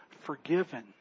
forgiven